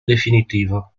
definitivo